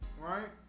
right